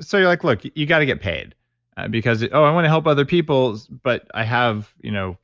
so yeah like look, you got to get paid because, oh, i want to help other people but i have you know